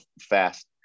fast